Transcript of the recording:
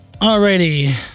Alrighty